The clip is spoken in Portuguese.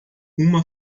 uma